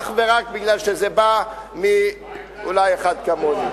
אך ורק מפני שזה בא אולי מאחד כמוני.